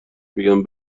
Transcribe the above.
بگم